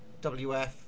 WF